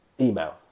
Email